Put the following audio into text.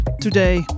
today